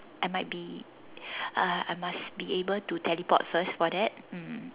I might be uh I must be able to teleport first for that mm